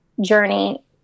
journey